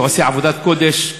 שעושה עבודת קודש.